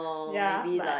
ya but